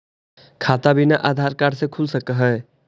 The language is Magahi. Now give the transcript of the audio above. खाता बिना आधार कार्ड के खुल सक है?